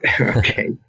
Okay